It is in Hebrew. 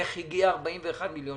איך הגיע הסכום הזה?